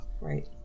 right